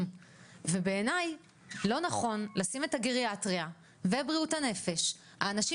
ובעיני לא נכון לשים את הגריאטריה ואת בריאות הנפש האנשים